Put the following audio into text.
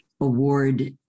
award